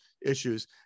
issues